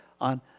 on